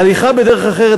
הליכה בדרך אחרת,